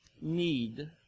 need